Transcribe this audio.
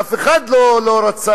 ואף אחד לא רצה,